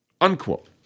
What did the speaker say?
Unquote